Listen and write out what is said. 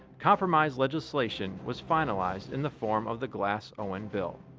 compromise legislation was finalized in the form of the glass-owen bill.